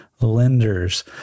lenders